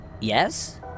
yes